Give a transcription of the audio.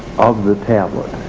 of the tablet.